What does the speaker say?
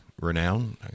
Renowned